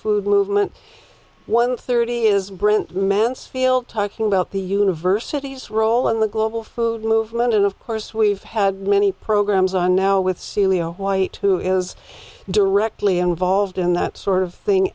food movement one thirty is brant mansfield talking about the university's role in the global food movement and of course we've had many programmes on now with celio white who is directly involved in that sort of thing